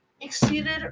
exceeded